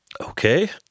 okay